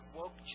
woke